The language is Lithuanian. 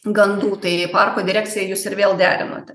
gandų tai parko direkcija jūs ir vėl derinote